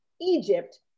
Egypt